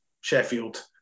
Sheffield